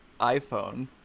iphone